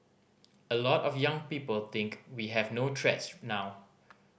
a lot of young people think we have no threats now